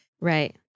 Right